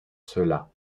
cela